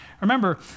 Remember